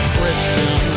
Christian